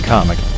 Comic